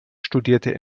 studierte